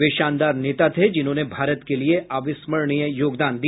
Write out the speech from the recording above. वे शानदार नेता थे जिन्होंने भारत के लिए अविस्मरणीय योगदान दिया